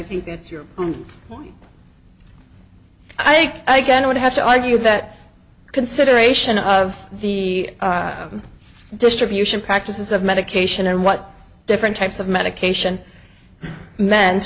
think that your i think again would have to argue that consideration of the distribution practices of medication and what different types of medication me